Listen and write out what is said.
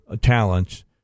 talents